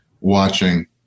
watching